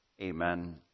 Amen